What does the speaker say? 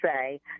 say